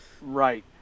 Right